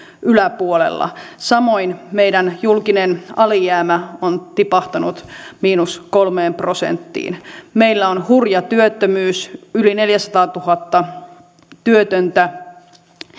yläpuolella samoin meidän julkinen alijäämämme on tipahtanut miinus kolmeen prosenttiin meillä on hurja työttömyys yli neljäsataatuhatta työtöntä